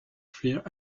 fear